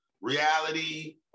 reality